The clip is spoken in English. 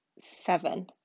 seven